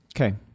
Okay